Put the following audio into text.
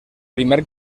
primer